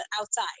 outside